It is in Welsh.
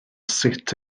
sut